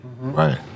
Right